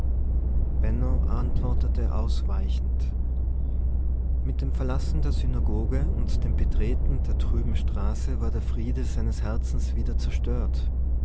antwortete ausweichend mit dem verlassen der synagoge und dem betreten der trüben straße war der friede seines herzens wieder zerstört